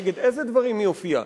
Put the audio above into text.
נגד איזה דברים היא הופיעה.